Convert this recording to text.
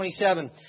27